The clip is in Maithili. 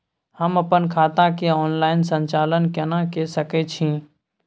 हम अपन खाता के ऑनलाइन संचालन केना के सकै छी?